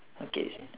okay